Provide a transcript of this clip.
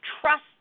trust